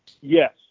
Yes